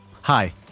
Hi